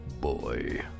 Boy